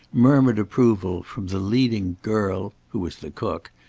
murmured approval, from the leading girl, who was the cook,